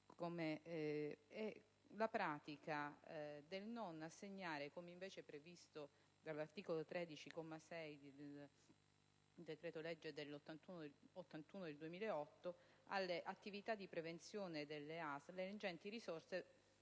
la pratica del non assegnare - come invece previsto dall'articolo 13, comma 6, del decreto legislativo n. 81 del 2008 - alle attività di prevenzione delle ASL le ingenti risorse